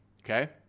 Okay